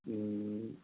ꯎꯝ